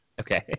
Okay